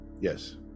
Yes